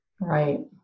Right